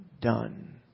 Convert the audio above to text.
done